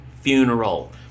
funeral